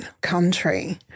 country